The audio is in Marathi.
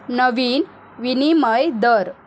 नवीन विनिमय दर